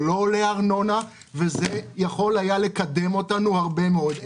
זה לא עולה ארנונה וזה יכול היה לקדם אותנו הרבה מאוד.